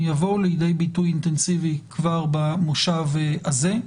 הם יבואו לידי ביטוי אינטנסיבי כבר במושב הזה.